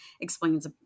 explains